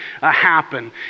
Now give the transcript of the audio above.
happen